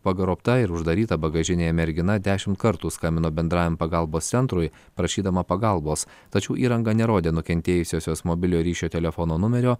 pagrobta ir uždaryta bagažinėje mergina dešimt kartų skambino bendrajam pagalbos centrui prašydama pagalbos tačiau įranga nerodė nukentėjusiosios mobiliojo ryšio telefono numerio